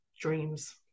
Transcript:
dreams